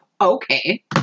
Okay